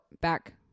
back